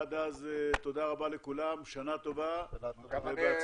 עד אז תודה רבה לכולם, שנה טובה ובהצלחה.